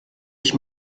ich